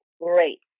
great